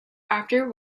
after